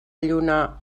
lluna